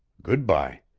good-by!